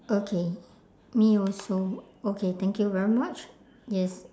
okay me also okay thank you very much yes